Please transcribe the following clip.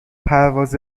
پرواز